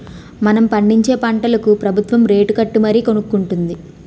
మనం పండించే పంటలకు ప్రబుత్వం రేటుకట్టి మరీ కొనుక్కొంటుంది